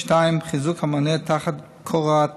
2. חיזוק המענה תחת קורת